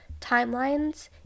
timelines